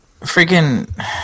freaking